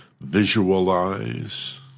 visualize